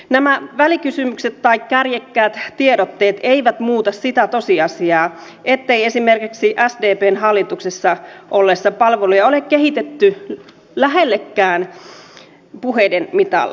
nämä välikysymykset tai kärjekkäät tiedotteet eivät muuta sitä tosiasiaa ettei esimerkiksi sdpn hallituksessa ollessa palveluja ole kehitetty lähellekään puheiden mitalla